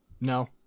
No